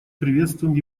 приветствуем